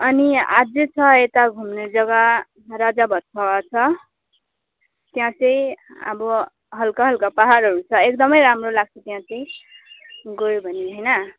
अनि अझै छ यता घुम्ने जग्गा राजा भातखावा छ त्यहाँ चाहिँ अब हल्का हल्का पाहाडहरू छ है एकदमै राम्रो लाग्छ त्यहाँ चाहिँ गयो भने होइन